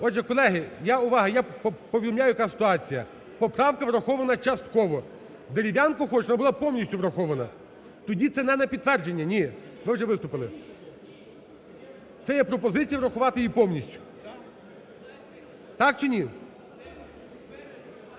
Отже, колеги, я… Увага! Я повідомляю, яка ситуація. Поправка врахована частково, Дерев'янко хоче, щоб вона була повністю врахована. Тоді це не на підтвердження, ні. Ви вже виступили. Це є пропозиція врахувати її повністю. Так чи ні?